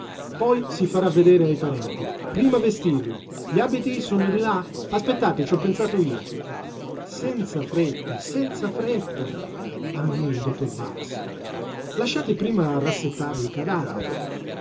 poi si farà vedere ai parenti prima vestirlo gli abiti sono di là aspettate ci ho pensato io senza fretta senza fretta ammonì il dottor bax lasciate prima rassettare il cadavere